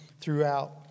throughout